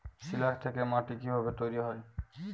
শিলা থেকে মাটি কিভাবে তৈরী হয়?